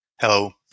Hello